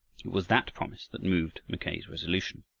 it was that promise that moved mackay's resolution.